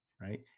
right